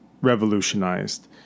revolutionized